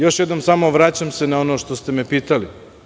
Još jednom se vraćam na ono što ste me pitali.